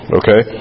okay